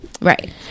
Right